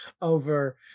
over